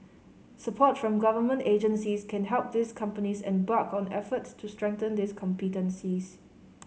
support from government agencies can help these companies embark on efforts to strengthen these competencies